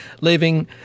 leaving